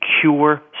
cure